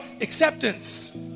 acceptance